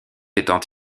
étant